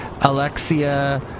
Alexia